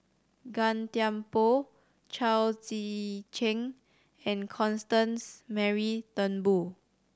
Gan Thiam Poh Chao Tzee Cheng and Constance Mary Turnbull